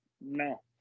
No